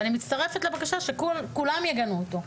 אני מצטרפת לבקשה שכולם יגנו אותו.